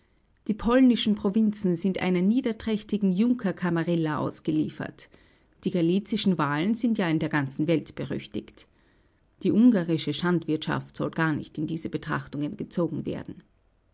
die polnischen provinzen sind einer niederträchtigen junkerkamarilla ausgeliefert die galizischen wahlen sind ja in der ganzen welt berüchtigt die ungarische schandwirtschaft soll gar nicht in diese betrachtungen gezogen werden